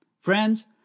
Friends